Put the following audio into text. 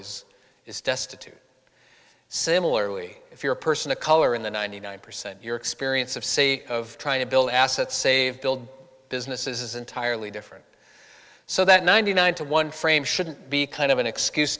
as is destitute similarly if you're a person of color in the ninety nine percent your experience of say of trying to build assets save build businesses is entirely different so that ninety nine to one frame shouldn't be kind of an excuse